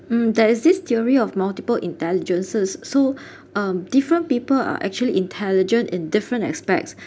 mm there is this theory of multiple intelligences so um different people are actually intelligent in different aspects